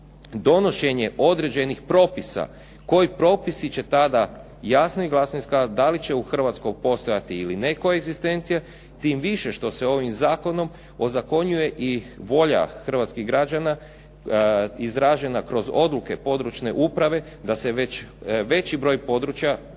donošenje određenih propisa koji propisi će tada jasno i glasno iskazati da li će u Hrvatskoj postoji ili ne koegzistencija, tim više što se ovim zakonom ozakonjuje i volja hrvatskih građana izražena kroz odluke područne uprave da se veći broj područja, mislim